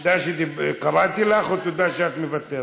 תודה שקראתי לך, או תודה שאת מוותרת?